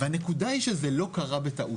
והנקודה היא שזה לא קרה בטעות.